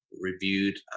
reviewed